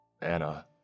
Anna